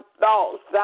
thoughts